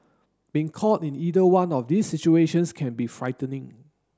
being caught in either one of these situations can be frightening